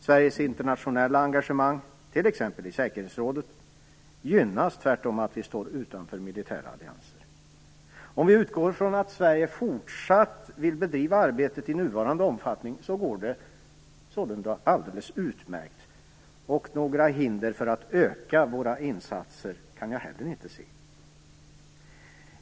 Sveriges internationella engagemang, t.ex. i säkerhetsrådet, gynnas tvärtom av att vi står utanför militära allianser. Om vi utgår från att Sverige fortsatt vill bedriva arbetet i nuvarande omfattning går det sålunda alldeles utmärkt, och några hinder för att öka våra insatser kan jag heller inte se.